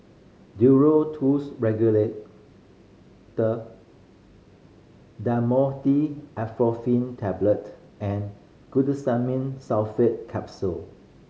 Duro Tuss Regular Dhamotil Atropine Tablet and Glucosamine Sulfate Capsule